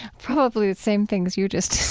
probably the same things you just